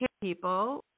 people